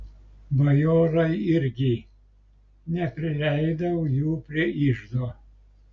bajorai irgi neprileidau jų prie iždo